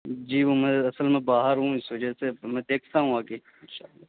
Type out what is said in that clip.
جی وہ میں اصل میں باہر ہوں اس وجہ سے میں دیکھتا ہوں آ کے ان شاء اللہ